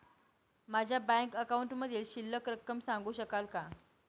माझ्या बँक अकाउंटमधील शिल्लक रक्कम सांगू शकाल का?